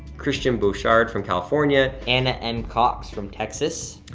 christian bouchard from california. anna m. cox from texas.